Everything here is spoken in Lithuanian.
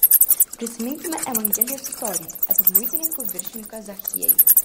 prisiminkime evangelijos istoriją apie muitininkų viršininką zachiejų